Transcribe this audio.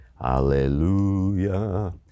Hallelujah